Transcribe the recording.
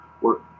work